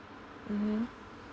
mmhmm